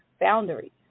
boundaries